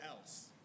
else